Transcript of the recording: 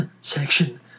section